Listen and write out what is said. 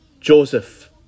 Joseph